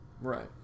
Right